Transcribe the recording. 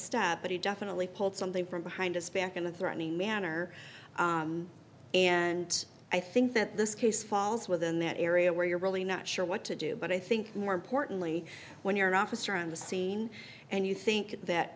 stab but he definitely pulled something from behind his back in a threatening manner and i think that this case falls within that area where you're really not sure what to do but i think more importantly when you're an officer on the scene and you think that